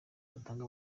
batanga